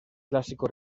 clásico